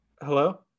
Hello